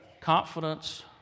confidence